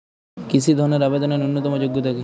কৃষি ধনের আবেদনের ন্যূনতম যোগ্যতা কী?